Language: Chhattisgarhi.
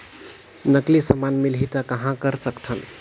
नकली समान मिलही त कहां कर सकथन?